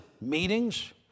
meetings